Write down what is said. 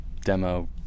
demo